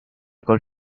col